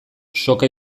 soka